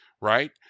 right